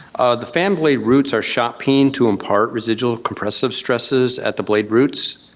the fan blade roots are shot peened to impart residual compressive stresses at the blade roots,